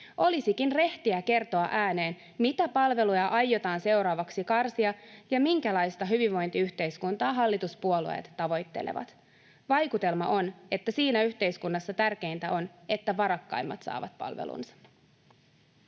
Olisikin rehtiä kertoa ääneen, mitä palveluja aiotaan seuraavaksi karsia ja minkälaista hyvinvointiyhteiskuntaa hallituspuolueet tavoittelevat. Vaikutelma on, että siinä yhteiskunnassa tärkeintä on, että varakkaimmat saavat palvelunsa.